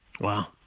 wow